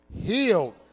healed